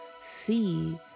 See